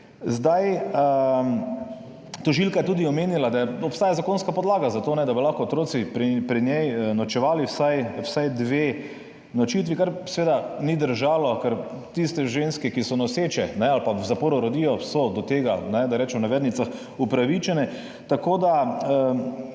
leti. Tožilka je tudi omenila, da obstaja zakonska podlaga za to, da bodo lahko otroci pri njej nočevali vsaj dve nočitvi, kar seveda ni držalo, ker tiste ženske, ki so noseče ali pa v zaporu rodijo, so do tega, da rečem v navednicah, »upravičene«. Tako da